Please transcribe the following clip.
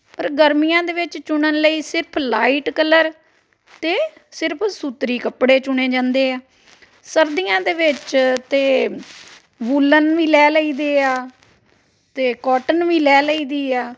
ਪਰ ਗਰਮੀਆਂ ਦੇ ਵਿੱਚ ਚੁਣਨ ਲਈ ਸਿਰਫ ਲਾਈਟ ਕਲਰ ਅਤੇ ਸਿਰਫ ਸੂਤਰੀ ਕੱਪੜੇ ਚੁਣੇ ਜਾਂਦੇ ਆ ਸਰਦੀਆਂ ਦੇ ਵਿੱਚ ਤਾਂ ਵੂਲਨ ਵੀ ਲੈ ਲਈਦੇ ਆ ਅਤੇ ਕੋਟਨ ਵੀ ਲੈ ਲਈਦੀ ਆ